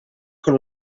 con